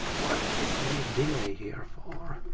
what is this delay here for?